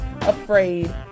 afraid